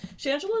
shangela